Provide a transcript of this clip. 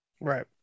right